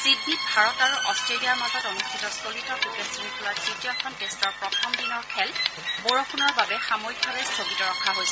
চিডনীত ভাৰত আৰু অট্টেলিয়াৰ মাজত অনুষ্ঠিত চলিত ক্ৰিকেট শৃংখলাৰ তৃতীয়খন টেষ্টৰ প্ৰথম দিনৰ খেল বৰষুণৰ বাবে সাময়িকভাৱে স্থগিত ৰখা হৈছে